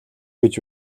гэж